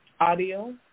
audio